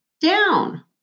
down